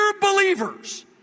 believers